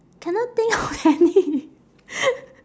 cannot think of any